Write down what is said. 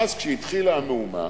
ואז, כשהתחילה המהומה,